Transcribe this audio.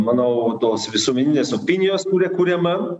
manau tos visuomeninės opinijos kuri kuriama